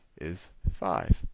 is five.